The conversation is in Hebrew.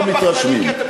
לא מתרשמים.